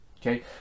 okay